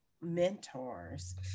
mentors